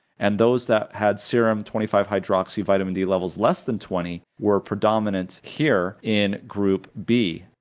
and those that had serum twenty five hydroxy vitamin d levels less than twenty were predominant here in group b,